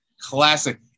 Classic